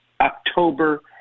october